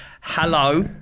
hello